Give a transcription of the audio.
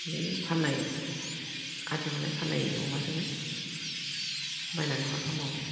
बे फाननाय आदि हरनाय फाननाय अमाजोंनो बायनानै हरफाबावबाय